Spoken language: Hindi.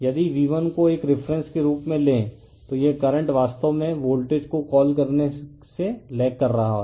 यदि V1को एक रिफ़रेंस के रूप में लें तो यह करंट वास्तव में वोल्टेज को कॉल करने से लेग कर रहा है